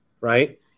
right